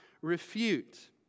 refute